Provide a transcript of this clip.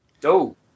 Dope